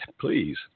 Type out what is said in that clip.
please